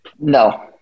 No